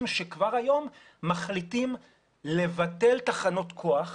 שכבר היום מחליטים לבטל תחנות כוח,